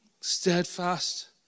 steadfast